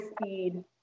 speed